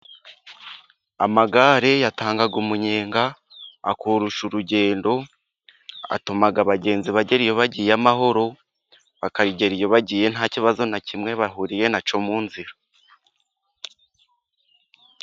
Amagare atanga umunyenga， akoroshya urugendo， atuma abagenzi bagera iyo bagiye amahoro， bakagera iyo bagiye nta kibazo na kimwe bahuriye na cyo mu nzira.